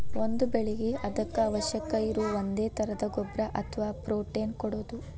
ಒಂದ ಬೆಳಿಗೆ ಅದಕ್ಕ ಅವಶ್ಯಕ ಇರು ಒಂದೇ ತರದ ಗೊಬ್ಬರಾ ಅಥವಾ ಪ್ರೋಟೇನ್ ಕೊಡುದು